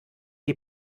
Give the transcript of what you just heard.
die